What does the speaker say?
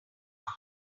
harm